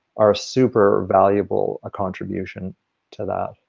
are super valuable' ah contribution to that.